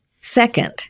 Second